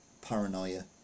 Paranoia